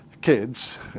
kids